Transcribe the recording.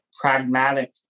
pragmatic